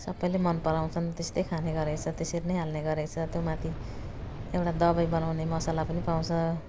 सबले मन पराउँछन् त्यस्तै खाने गरेको छ त्यसरी नै हाल्ने गरेको छ त्यो माथि एउटा दबाई बनाउने मसाला पनि पाउँछ